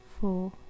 four